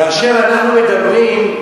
כאשר אנחנו מדברים,